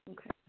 Okay